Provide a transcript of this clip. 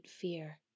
fear